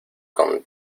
con